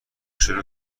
شروع